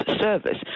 service